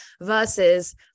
versus